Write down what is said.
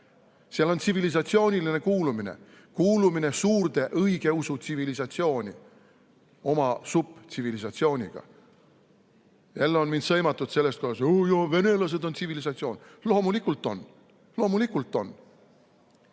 Seal on tsivilisatsiooniline kuulumine, kuulumine suurde õigeusu tsivilisatsiooni oma subtsivilisatsiooniga. Jälle on mind sõimatud: jajaa, venelased on tsivilisatsioon! Loomulikult on. Loomulikult on!